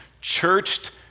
churched